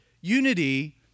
unity